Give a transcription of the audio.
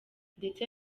ndetse